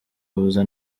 huza